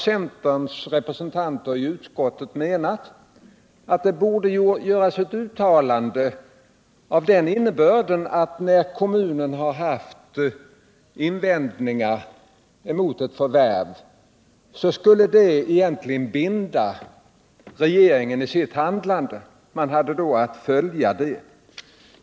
Centerns representanter i utskottet menar att det borde göras ett uttalande av den innebörden, att när kommunen har haft invändningar mot ett förvärv så skulle detta binda regeringen i dess handlande; den skulle då ha att följa kommunens linje.